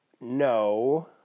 No